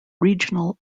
regional